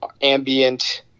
ambient